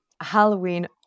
Halloween